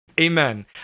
Amen